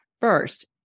First